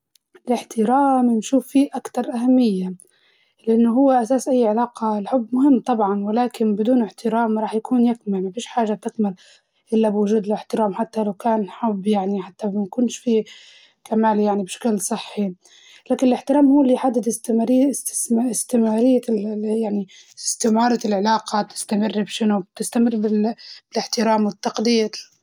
الاحترام بنشوف فيه أكتر أهمية لأنه هو أساس أي علاقة، الحب مهم طبعاً ولكن بدون احترام راح يكون مفيش حاجة تكمل إلا بوجود الاحترام حتى لو كان حب يعني، حتى بيكونش فيه كمان يعني بشكل صحي، لكن الاحترام هو اللي يحدد استمرا- استس- استمرارية ال- ال- يعني استمارة العلاقة تستمر بشنو وبتستمر بال- بالاحترام والتقدير.